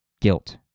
guilt